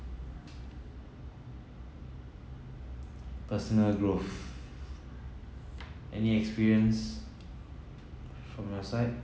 personal growth any experience from your side